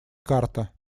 карта